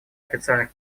официальных